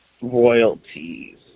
Royalties